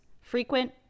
frequent